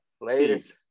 Ladies